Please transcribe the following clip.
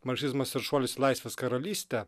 marksizmas ir šuolis į laisvės karalystę